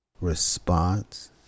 response